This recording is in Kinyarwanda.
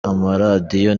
amaradiyo